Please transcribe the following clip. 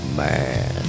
man